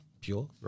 pure